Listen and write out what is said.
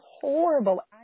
horrible